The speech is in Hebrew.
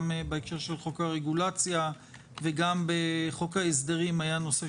בהקשר של חוק הרגולציה וגם בחוק ההסדרים היה נושא